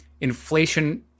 inflation